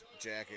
jacket